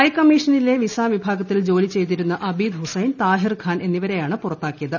ഹൈക്കമ്മിഷനിലെ visa വിഭാഗത്തിൽ ജോലി ചെയ്തിരുന്ന അബീദ് ഹുസൈൻ താഹിർഖാൻ എന്നിവരെയാണ് പുറത്താക്കിയത്